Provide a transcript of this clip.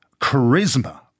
charisma